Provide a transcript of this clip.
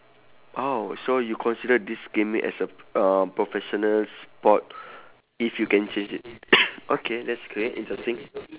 oh so you consider this gaming as a uh professional sport if you can change it okay that's great interesting